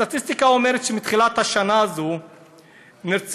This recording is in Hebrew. הסטטיסטיקה אומרת שמתחילת השנה הזאת נרצחו